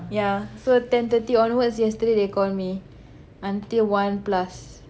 ya so ten thirty onwards yesterday they call me until one plus